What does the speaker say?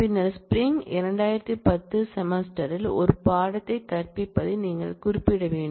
பின்னர் ஸ்ப்ரிங் 2010 செமஸ்டரில் ஒரு பாடத்தை கற்பிப்பதை நீங்கள் குறிப்பிட வேண்டும்